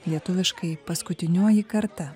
lietuviškai paskutinioji karta